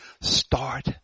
start